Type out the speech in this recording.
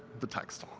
the text.